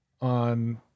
on